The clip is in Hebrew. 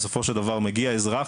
בסופו של דבר מגיע אזרח,